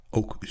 Ook